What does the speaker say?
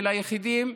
של היחידים,